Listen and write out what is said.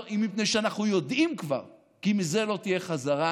היא מפני שאנחנו יודעים כבר כי מזה לא תהיה חזרה,